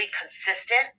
consistent